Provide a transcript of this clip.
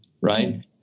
right